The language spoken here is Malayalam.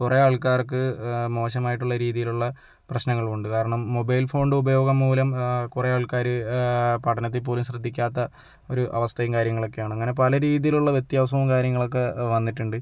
കുറേ ആൾക്കാർക്ക് മോശമായിട്ടുള്ള രീതിയിലുള്ള പ്രശ്നങ്ങളുമുണ്ട് കാരണം മൊബൈൽ ഫോണിൻ്റെ ഉപയോഗം മൂലം കുറേ ആൾക്കാർ പഠനത്തിൽ പോലും ശ്രദ്ധിക്കാത്ത ഒരു അവസ്ഥയും കാര്യങ്ങളൊക്കെയാണ് അങ്ങനെ പല രീതിയിലുള്ള വ്യത്യാസവും കാര്യങ്ങളൊക്കെ വന്നിട്ടുണ്ട്